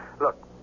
Look